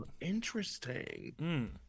interesting